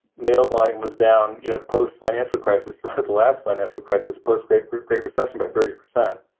mail volume was down. you know, post financial crisis, the last financial crisis post great, great great recession by thirty percent